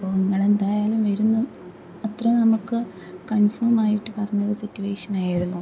അപ്പോൾ നിങ്ങൾ എന്തായാലും വരുമെന്ന് അത്രയും നമുക്ക് കൺഫേം ആയിട്ട് പറഞ്ഞൊരു സിറ്റുവേഷൻ ആയിരുന്നു